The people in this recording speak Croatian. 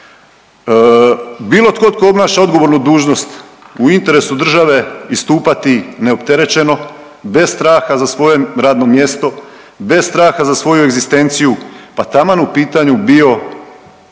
tko tko obnaša odgovornu dužnost u interesu države istupati neopterećeno bez straha za svoje radno mjesto, bez straha za svoju egzistenciju, pa taman u pitanju bio